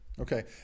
Okay